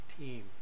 team